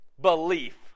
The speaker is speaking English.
belief